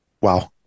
Wow